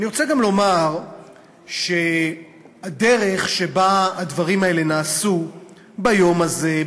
אני רוצה גם לומר שהדרך שבה הדברים האלה נעשו ביום הזה,